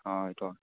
অঁ এইটো